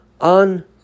on